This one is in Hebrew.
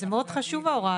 זה מאוד חשוב ההוראה הזאת.